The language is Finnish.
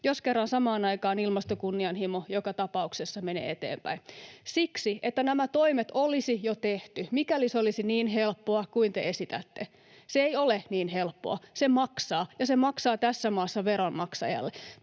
jos kerran samaan aikaan ilmastokunnianhimo joka tapauksessa menee eteenpäin? Siksi, että nämä toimet olisi jo tehty, mikäli se olisi niin helppoa kuin te esitätte. Se ei ole niin helppoa. Se maksaa, ja se maksaa tässä maassa veronmaksajalle.